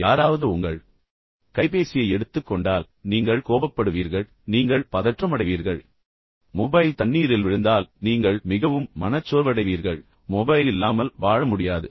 யாராவது உங்கள் கைபேசியை எடுத்துக் கொண்டால் நீங்கள் கோபப்படுவீர்கள் நீங்கள் பதற்றமடைவீர்கள் மொபைல் தண்ணீரில் விழுந்தால் நீங்கள் மிகவும் மனச்சோர்வடைவீர்கள் மொபைல் இல்லாமல் வாழ முடியாது